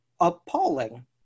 appalling